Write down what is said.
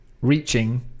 reaching